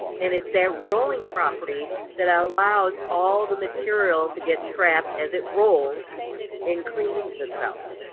and it's that rolling property that allows all the material to get trapped as it rolls and cleans itself.